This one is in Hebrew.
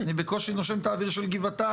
אני בקושי נושם את האוויר של גבעתיים.